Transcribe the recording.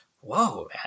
whoa